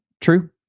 True